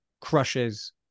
crushes